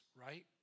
right